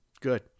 Good